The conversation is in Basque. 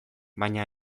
baina